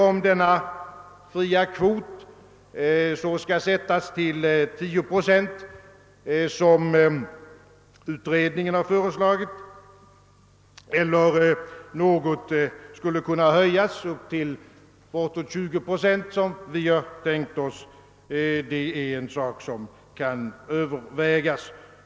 Om denna fria kvot skall sättas till 10 procent, som utredningen har föreslagit, eller om den skulle kunna höjas till bortåt 20 procent, som vi har tänkt oss, är en sak som kan övervägas.